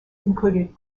included